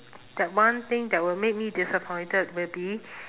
that one thing that will make me disappointed will be